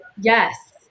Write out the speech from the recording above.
yes